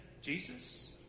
Jesus